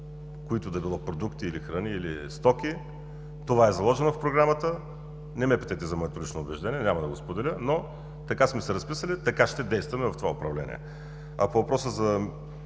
които и да е било продукти, храни или стоки. Това е заложено в програмата. Не ме питайте за моето лично убеждение, няма да го споделя, но така сме се разписали, така ще действаме в това управление. По въпроса за